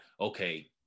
okay